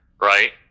Right